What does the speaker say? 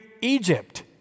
Egypt